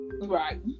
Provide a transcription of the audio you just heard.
Right